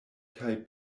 kaj